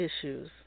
issues